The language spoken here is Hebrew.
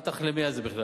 אל תחלמי על זה בכלל.